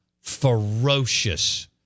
ferocious